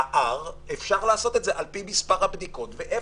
ה-R, אפשר לעשות את זה על פי מספק הבדיקות ואיפה.